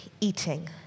eating